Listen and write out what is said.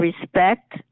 respect